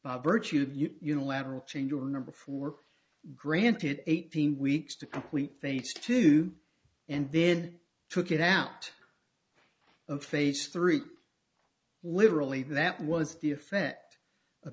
by virtue of unilateral change or number for granted eighteen weeks to complete face to and then took it out of phase three literally that was the effect